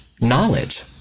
knowledge